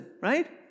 right